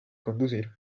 conducir